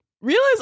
realize